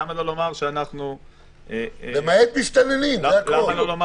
למה לא לומר --- "למעט מסתננים", זה הכול.